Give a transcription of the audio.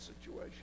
situation